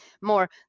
more